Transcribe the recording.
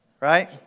Right